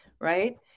right